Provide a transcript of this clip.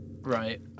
Right